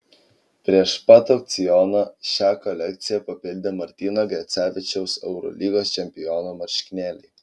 prieš pat aukcioną šią kolekciją papildė martyno gecevičiaus eurolygos čempiono marškinėliai